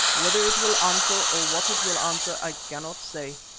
whether it will answer or what it will answer, i cannot say.